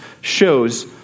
shows